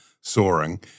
soaring